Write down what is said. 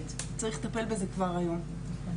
וזה כל כך כל כך חשוב,